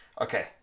Okay